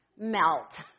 melt